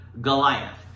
Goliath